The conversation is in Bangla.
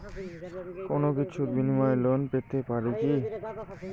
কোনো কিছুর বিনিময়ে লোন পেতে পারি কি?